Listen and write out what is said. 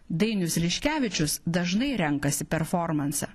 dainius liškevičius dažnai renkasi performansą